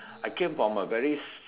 I came from a very